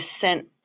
sent